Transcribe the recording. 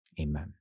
Amen